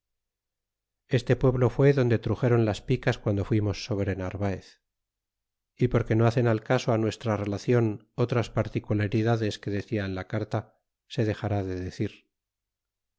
este pueblo fué donde truxéron las picas guando fuimos sobre narvaez y porque no hacen al caso a nuestra relacion otras particularidades que decia en la carta se dexará de decir